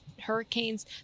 hurricanes